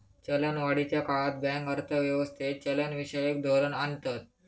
चलनवाढीच्या काळात बँक अर्थ व्यवस्थेत चलनविषयक धोरण आणतत